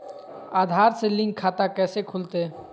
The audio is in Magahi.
आधार से लिंक खाता कैसे खुलते?